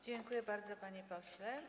Dziękuję bardzo, panie pośle.